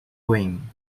rain